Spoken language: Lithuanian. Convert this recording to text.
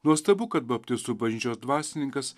nuostabu kad baptistų bažnyčios dvasininkas